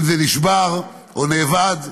אם זה נשבר או נאבד,